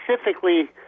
specifically